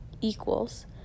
equals